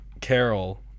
Carol